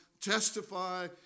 testify